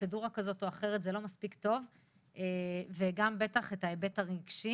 פרוצדורה כזאת או אחרת זה לא מספיק טוב וגם בטח את ההיבט הרגשי.